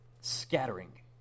scattering